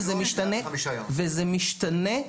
זה משתנה לאורך הזמן.